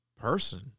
person